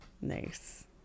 Nice